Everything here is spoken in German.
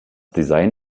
design